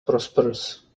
prosperous